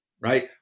right